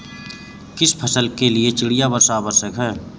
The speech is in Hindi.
किस फसल के लिए चिड़िया वर्षा आवश्यक है?